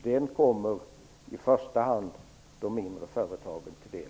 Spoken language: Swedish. Det kommer i första hand de mindre företagen till del.